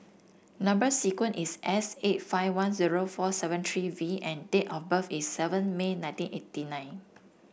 number sequence is S eight five one zero four seven three V and date of birth is seven May nineteen eighty nine